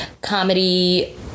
comedy